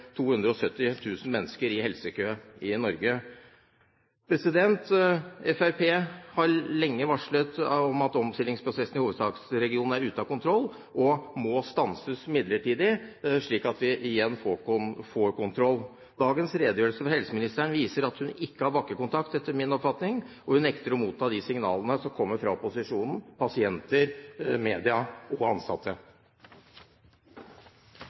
mennesker i helsekø i Norge. Fremskrittspartiet har lenge varslet om at omstillingsprosessen i hovedstadsregionen er ute av kontroll og må stanses midlertidig, slik at vi igjen får kontroll. Dagens redegjørelse fra helseministeren viser etter min oppfatning at hun ikke har bakkekontakt, og hun nekter å motta de signalene som kommer fra opposisjonen, pasienter, media og ansatte.